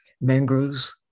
mangroves